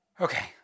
Okay